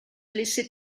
laisser